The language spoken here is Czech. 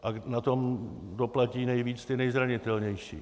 A na to doplatí nejvíc ti nejzranitelnější.